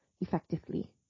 effectively